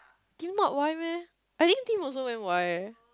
Tim not Y I think Tim also went Y eh